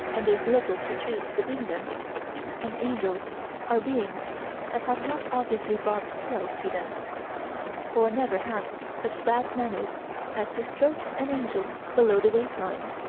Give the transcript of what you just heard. and there's little to choose between them and angels are beings that have not obviously barbed tails to them or never have such bad manners as to stroke an angel below the waist-line.